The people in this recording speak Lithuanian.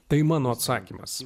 tai mano atsakymas